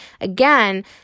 again